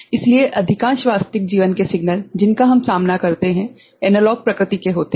इसलिए अधिकांश वास्तविक जीवन के सिग्नल जिनका हम सामना करते हैं एनालॉग प्रकृति के होते हैं